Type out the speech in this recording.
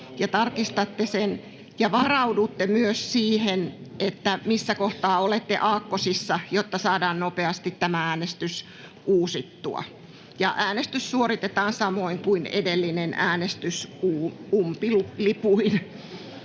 tarkistatte sen, ja varaudutte myös siihen, missä kohtaa olette aakkosissa, jotta saadaan nopeasti tämä äänestys uusittua. Äänestys suoritetaan samoin kuin edellinen äänestys, umpilipuin.